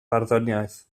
barddoniaeth